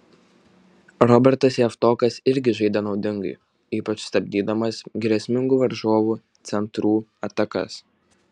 robertas javtokas irgi žaidė naudingai ypač stabdydamas grėsmingų varžovų centrų atakas